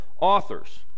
authors